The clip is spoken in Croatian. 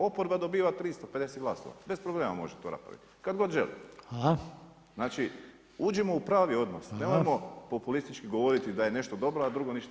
Oporba dobiva 350 glasova, bez problema može to napraviti kad god želi [[Upadica Reiner: Hvala.]] Znači uđimo u pravi odnos, nemojmo populistički govoriti da je nešto dobro, a drugo ništa ne valja.